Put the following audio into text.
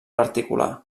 particular